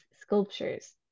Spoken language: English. sculptures